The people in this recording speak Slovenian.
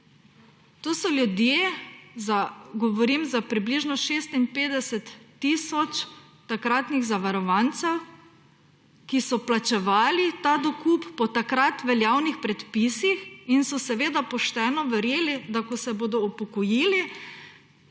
To so ljudje za, govorim za približno 56 tisoč takratnih zavarovancev, ki so vplačevali ta dokup po takrat veljavnih predpisih in so seveda pošteno verjeli, da ko se bodo upokojili,